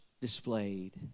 displayed